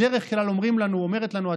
בדרך כלל אומרת לנו התורה,